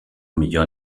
millor